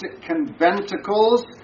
conventicles